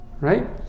right